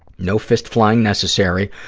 no fist flying necessary,